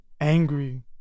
angry